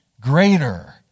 greater